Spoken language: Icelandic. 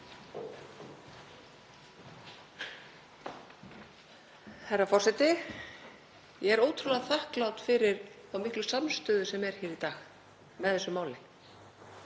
Herra forseti. Ég er ótrúlega þakklát fyrir þá miklu samstöðu sem er hér í dag með þessu máli.